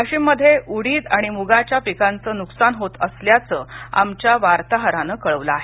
वाशिम मध्ये उडीद आणि मुगाच्या पिकाचं नुकसान होत असल्याचं आमच्या वार्ताहरानं कळवलं आहे